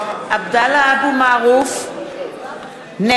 (קוראת בשמות חברי הכנסת) עבדאללה אבו מערוף, נגד